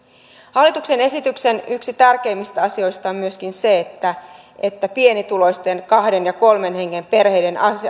hallituksen esityksen tärkeimmistä asioista on myöskin se että että pienituloisten kahden ja kolmen hengen perheiden